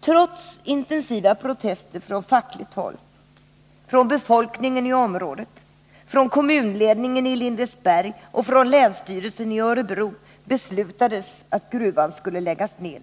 Trots intensiva protester från fackligt håll, från befolkningen i området, från kommunledningen i Lindesberg och från länsstyrelsen i Örebro beslutades att gruvan skulle läggas ned.